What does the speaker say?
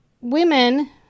women